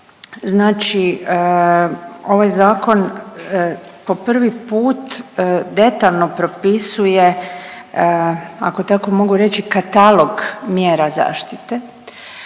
Znači ovaj zakon po prvi put detaljno propisuje, ako tako mogu reći katalog mjera zaštite,